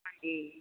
ਹਾਂਜੀ